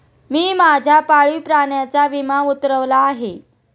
मी माझ्या पाळीव प्राण्याचा विमा उतरवला आहे